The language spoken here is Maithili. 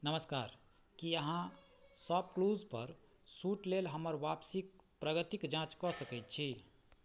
नमस्कार की अहाँ शॉपक्लूज पर सूट लेल हमर वापसीक प्रगतिक जाँच कऽ सकैत छी